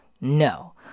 No